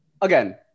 Again